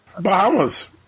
Bahamas